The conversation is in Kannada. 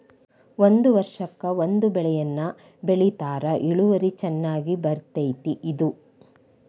ಒಂದ ವರ್ಷಕ್ಕ ಒಂದ ಬೆಳೆಯನ್ನಾ ಬೆಳಿತಾರ ಇಳುವರಿ ಚನ್ನಾಗಿ ಬರ್ತೈತಿ ಇದು